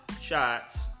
shots